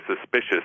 suspicious